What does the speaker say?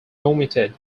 omitted